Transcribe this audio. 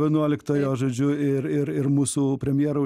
vienuoliktojo žodžiu ir ir ir mūsų premjero